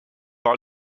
par